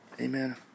amen